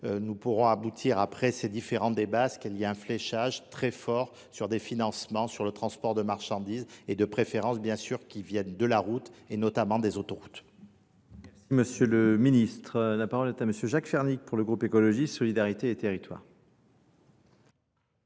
Nous pourrons aboutir après ces différents débats à ce qu'il y ait un fléchage très fort sur des financements sur le transport de marchandises et de préférence bien sûr qui viennent de la route et notamment des autoroutes. Merci Monsieur le Ministre. La parole est à Monsieur Jacques Fernic pour le groupe Ecologie, Solidarité et Territoires.